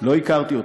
לא הכרתי אותה,